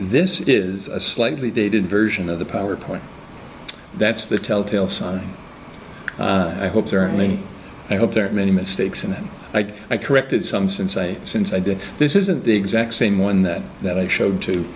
this is a slightly dated version of the powerpoint that's the telltale sign i hope certainly i hope there are many mistakes and i corrected some since i since i did this isn't the exact same one that that i show